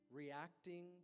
reacting